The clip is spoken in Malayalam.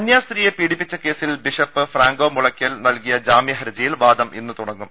കന്യാസ്ത്രീയെ പീഡിപ്പിച്ചു കേസിൽ ബിഷപ്പ് ഫ്രാങ്കോ മുളയ്ക്കൽ നൽകിയ ജാമ്യ ഹർജിയിൽ വാദം ഇന്ന് തുടങ്ങും